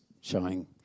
showing